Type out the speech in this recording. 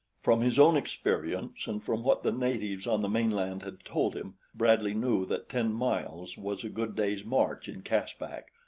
from his own experience and from what the natives on the mainland had told him, bradley knew that ten miles was a good day's march in caspak,